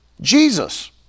Jesus